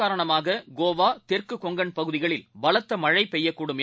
காரணமாககோவா தெற்குகொங்கன் பகுதிகளில் பலத்தமழைபெய்யக்கூடும் இதன்